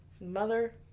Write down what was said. Mother